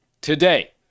today